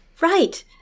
Right